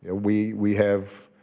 ah we we have